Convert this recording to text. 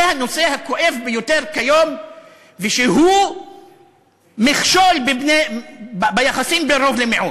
זה הנושא הכואב ביותר כיום שהוא מכשול ביחסים בין רוב למיעוט,